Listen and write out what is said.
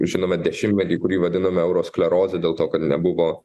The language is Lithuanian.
žinome dešimtmetį kurį vadinome eurosklerozė dėl to kad nebuvo